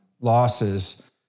Losses